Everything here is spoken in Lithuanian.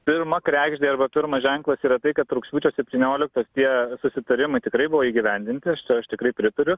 pirma kregždė arba pirmas ženklas yra tai kad rugpjūčio septynioliktą tie susitarimai tikrai buvo įgyvendinti aš tai aš tikrai pritariu